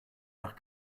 nach